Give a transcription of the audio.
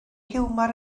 hiwmor